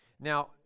Now